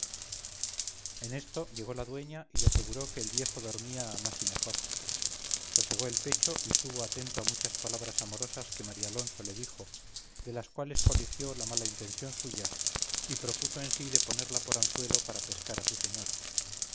en esto llegó la dueña y le aseguró que el viejo dormía a más y mejor sosegó el pecho y estuvo atento a muchas palabras amorosas que marialonso le dijo de las cuales coligió la mala intención suya y propuso en sí de ponerla por anzuelo para pescar a su señora